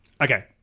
Okay